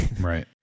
right